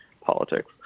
politics